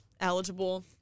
eligible